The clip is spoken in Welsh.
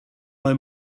mae